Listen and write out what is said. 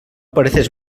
pareces